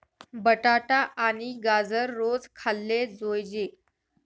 बटाटा आणि गाजर रोज खाल्ले जोयजे